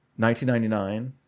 1999